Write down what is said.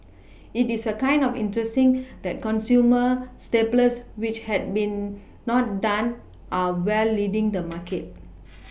it is a kind of interesting that consumer staples which had been not done are well leading the market